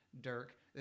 Dirk